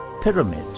pyramid